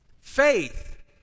faith